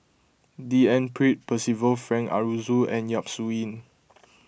D N Pritt Percival Frank Aroozoo and Yap Su Yin